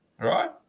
right